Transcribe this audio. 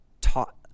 taught